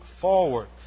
forward